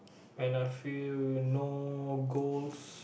when I feel no goals